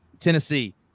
Tennessee